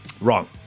Wrong